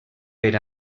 per